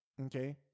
okay